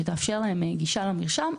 שתתאפשר להם גישה למרשם,